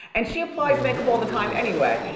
and she applies makeup all the time anyway,